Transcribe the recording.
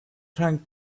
trying